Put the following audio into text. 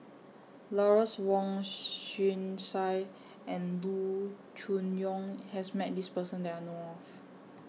Lawrence Wong Shyun Tsai and Loo Choon Yong has Met This Person that I know of